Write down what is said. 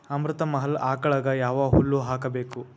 ಅಮೃತ ಮಹಲ್ ಆಕಳಗ ಯಾವ ಹುಲ್ಲು ಹಾಕಬೇಕು?